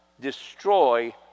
destroy